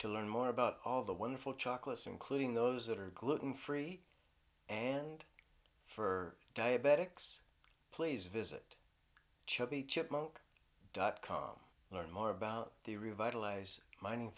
to learn more about all the wonderful chocolates including those that are gluten free and for diabetics please visit chubby chipmunk dot com learn more about the revitalize mining